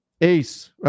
Ace